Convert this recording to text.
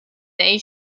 day